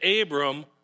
Abram